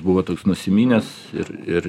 buvo toks nusiminęs ir ir